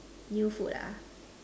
new food ah